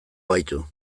gaitu